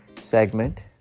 segment